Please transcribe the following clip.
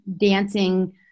dancing